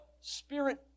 Spirit